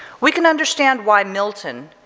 we can understand why milton,